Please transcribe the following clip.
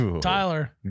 Tyler